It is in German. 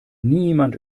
niemand